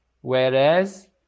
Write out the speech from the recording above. whereas